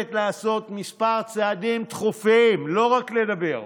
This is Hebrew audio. חייבת לעשות כמה צעדים דחופים, לא רק לדבר.